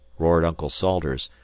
roared uncle salters,